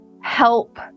help